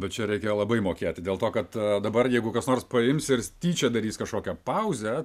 bet čia reikia labai mokėti dėl to kad dabar jeigu kas nors paims ir tyčia darys kažkokią pauzę